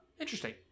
Interesting